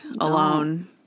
alone